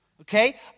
Okay